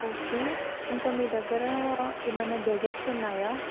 okay ఇంక మీ దగ్గర ఏమన్నా డెజట్స్ ఉన్నాయా